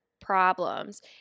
problems